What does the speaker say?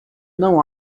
não